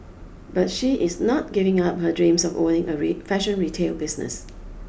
but she is not giving up her dreams of owning a real fashion retail business